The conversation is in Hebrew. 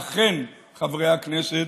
אכן, חברי הכנסת,